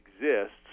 exists